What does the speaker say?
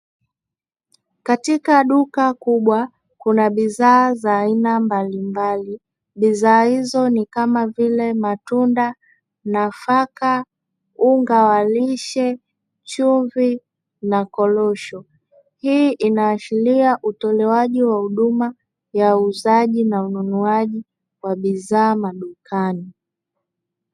Katika duka kubwa kuna bidhaa za aina mbalimbali bidhaa hizo ni kama vile matunda, nafaka, unga wa lishe, chumvi na korosho hii inaashiria utolewaji wa huduma ya uuzaji na ununuaji wa bidhaa madukani.